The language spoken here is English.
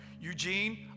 Eugene